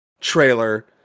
trailer